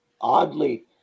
oddly